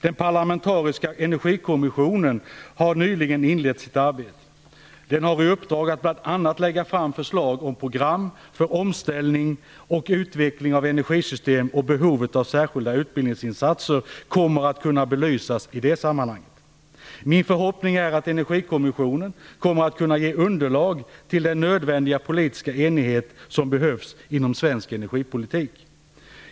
Den parlamentariska energikommissionen har nyligen inlett sitt arbete. Den har i uppdrag att bl.a. lägga fram förslag om program för omställning och utveckling av energisystemet, och behovet av särskilda utbildningsinsatser kommer att kunna belysas i det sammanhanget. Min förhoppning är att Energikommissionen kommer att kunna ge underlag till den nödvändiga politiska enighet som behövs inom svensk energipolitik.